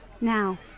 now